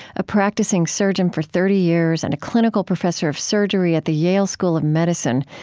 a practicing surgeon for thirty years and a clinical professor of surgery at the yale school of medicine,